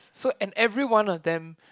so and everyone of them